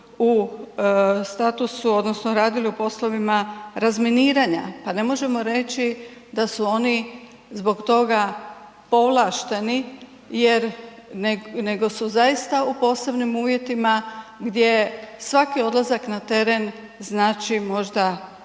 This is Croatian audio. u statusu odnosno radili u poslovima razminiranja, pa ne možemo reći da su oni zbog toga povlašteni jer nego su zaista u posebnim uvjetima gdje svaki odlazak na teren znači možda njihovu